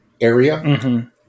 area